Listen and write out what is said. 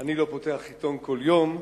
אני לא פותח עיתון כל יום,